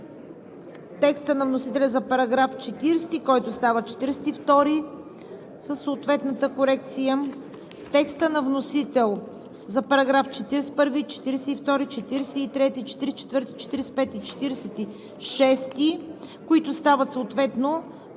текста на вносителя за § 40, който става § 42 със съответната корекция; текста на вносителя за параграфи 41, 42, 43, 44, 45 и 46, които стават параграфи